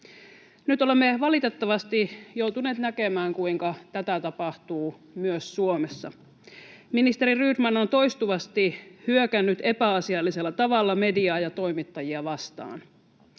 Nyt olemme valitettavasti joutuneet näkemään, kuinka tätä tapahtuu myös Suomessa. Ministeri Rydman on toistuvasti hyökännyt epäasiallisella tavalla mediaa ja toimittajia vastaan.